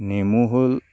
নেমু হ'ল